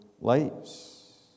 lives